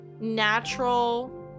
natural